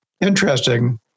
interesting